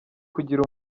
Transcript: kugira